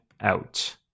out